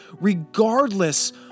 regardless